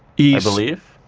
yeah i believe.